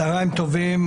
צוהריים טובים,